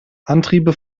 antriebe